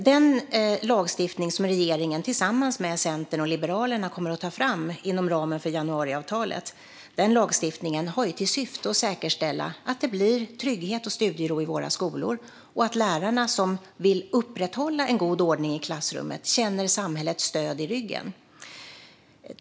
Den lagstiftning som regeringen tillsammans med Centern och Liberalerna kommer att ta fram inom ramen för januariavtalet har till syfte att säkerställa att det blir trygghet och studiero i våra skolor och att lärarna, som vill upprätthålla en god ordning i klassrummet, känner samhällets stöd.